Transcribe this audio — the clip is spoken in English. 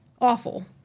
awful